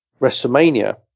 WrestleMania